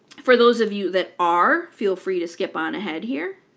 for those of you that are, feel free to skip on ahead here.